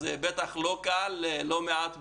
אז בטח לא קל ויש לא מעט ביקורת.